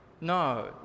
No